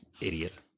Idiot